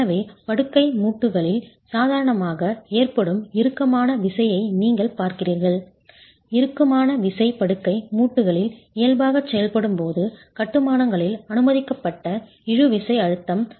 எனவே படுக்கை மூட்டுகளில் சாதாரணமாக ஏற்படும் இறுக்கமான விசையைநீங்கள் பார்க்கிறீர்கள் இறுக்கமான விசை படுக்கை மூட்டுகளில் இயல்பாக செயல்படும் போது கட்டுமானங்களில் அனுமதிக்கப்பட்ட இழுவிசை அழுத்தம் 0